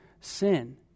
sin